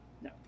no